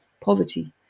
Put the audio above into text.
poverty